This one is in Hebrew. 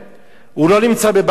הוא לא נמצא בבעיה פשוטה,